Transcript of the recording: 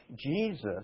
Jesus